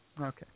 Okay